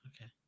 Okay